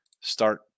start